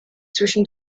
zwischen